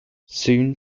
soon